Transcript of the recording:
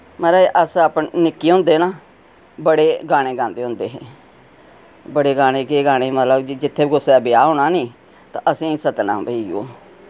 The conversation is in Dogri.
माराज अस निक्के होंदे ना बड़े गाने गांदे होंदे हे बड़े गाने केह् गाने मतलब जित्थै कुसै दे ब्याह् होना नी तां असें ई सददना भई ओ